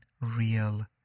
real